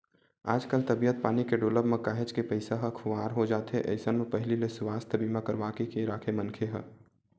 आजकल तबीयत पानी के डोलब म काहेच के पइसा ह खुवार हो जाथे अइसन म पहिली ले सुवास्थ बीमा करवाके के राखे मनखे ह